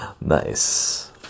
Nice